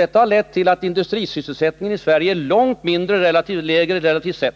Detta har lett till att industrisysselsättningen i Sverige är långt lägre relativt sett